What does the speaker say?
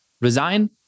resign